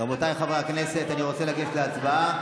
רבותיי חברי הכנסת, אני רוצה לגשת להצבעה.